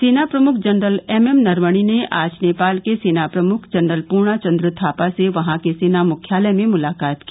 सेना प्रमुख general M M Naravane ने आज नेपाल के सेना प्रमुख जनरल पूर्णा चन्द्र थापा से वहां के सेना मुख्यालय में मुलाकात की